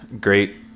great